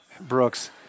Brooks